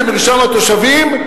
במרשם התושבים,